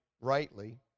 rightly